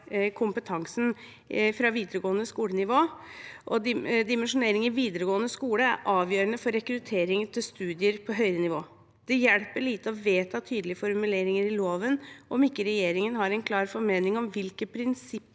kompetansen fra det videregående skolenivået. Dimensjonering i den videregående skolen er avgjørende for rekruttering til studier på høyere nivå. Det hjelper lite å vedta tydelige formuleringer i loven om ikke regjeringen har en klar formening om hvilke prinsipper